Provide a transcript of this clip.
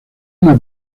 una